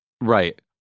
Right